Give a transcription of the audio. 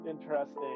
interesting